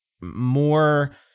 more